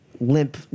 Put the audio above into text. limp